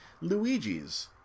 Luigi's